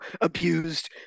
abused